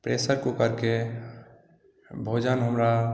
pressure कूकरके भोजन हमरा